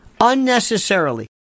Unnecessarily